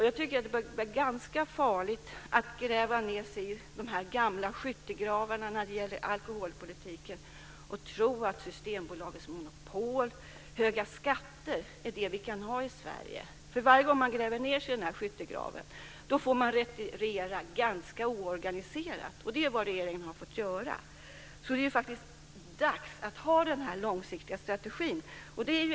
Jag tycker att det börjar bli ganska farligt att gräva ned sig i de gamla skyttegravarna när det gäller alkoholpolitiken och tro att Systembolagets monopol och höga skatter är det vi kan ha i Sverige. Varje gång man gräver ned sig i skyttegraven får man retirera ganska oorganiserat. Det är vad regeringen har fått göra. Det är faktiskt dags att ha en långsiktig strategi.